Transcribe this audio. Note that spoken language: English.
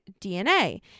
DNA